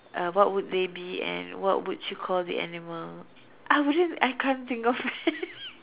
uh what would they be and what would you call the animal I wouldn't I can't think of